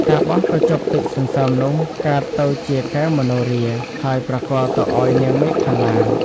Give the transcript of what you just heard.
តាបសក៏ជប់ទឹកសន្សើមនោះកើតទៅជាកែវមនោហរា ហើយប្រគល់ទៅឱ្យនាងមេខលា។